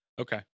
okay